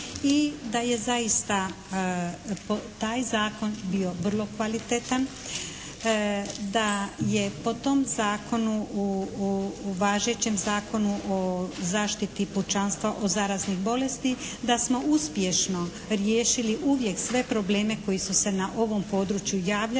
i da je zaista taj zakon bio vrlo kvalitetan, da je po tom zakonu, u važećem Zakonu o zaštiti pučanstva od zaraznih bolesti da smo uspješno riješili uvijek sve probleme koji su se na ovom području javljali,